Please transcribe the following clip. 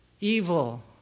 evil